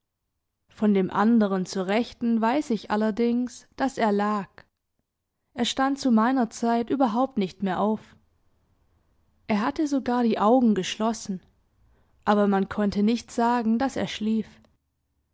von dem anderen zur rechten weiß ich allerdings daß er lag er stand zu meiner zeit überhaupt nicht mehr auf er hatte sogar die augen geschlossen aber man konnte nicht sagen daß er schlief